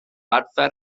adfer